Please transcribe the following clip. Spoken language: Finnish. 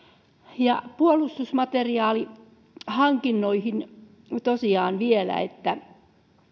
puolustusmateriaalihankintoihin tosiaan vielä ja